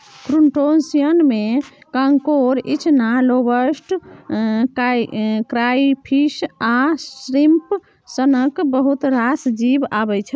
क्रुटोशियनमे कांकोर, इचना, lobster, crayfish आ श्रिंप सनक बहुत रास जीब अबै छै